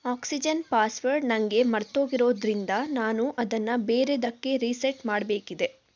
oxygen password ನನಗೆ ಮರ್ತೋಗಿರೋದರಿಂದ ನಾನು ಅದನ್ನು ಬೇರೆಯದಕ್ಕೆ ರೀಸೆಟ್ ಮಾಡಬೇಕಿದೆ